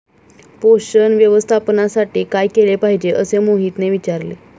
पोषण व्यवस्थापनासाठी काय केले पाहिजे असे मोहितने विचारले?